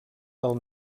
del